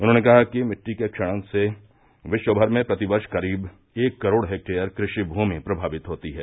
उन्होंने कहा कि मिट्टी के क्षरण से विश्वमर में प्रतिवर्ष करीब एक करोड़ हेक्टेयर कृषि भूमि प्रमावित होती है